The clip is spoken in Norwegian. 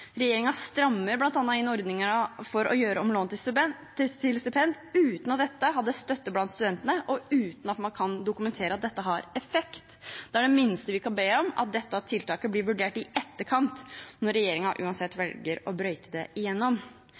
strammer bl.a. inn ordningen med å gjøre lån om til stipend uten at dette hadde støtte blant studentene, og uten at man kan dokumentere at dette har effekt. Da er det minste vi kan be om, at dette tiltaket blir vurdert i etterkant, når regjeringen uansett velger å «brøyte» det igjennom.